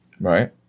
Right